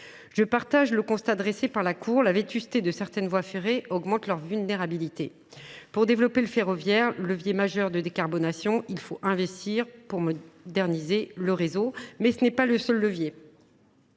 Je partage le constat dressé par la Cour : la vétusté de certaines voies ferrées augmente leur vulnérabilité. Pour développer le transport ferroviaire, levier majeur de décarbonation, il faudra investir, afin de moderniser le réseau. Toutefois, il ne s’agit pas du seul levier.